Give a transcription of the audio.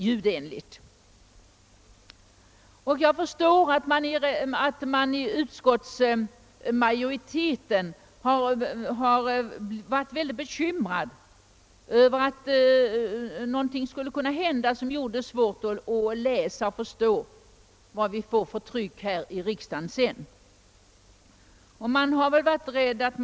Jag förstår att utskottsmajoriteten har varit bekymrad över att någonting skulle kunna hända som gjorde det svårt att läsa och förstå det tryck som vi sedan får här i riksdagen.